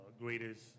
greatest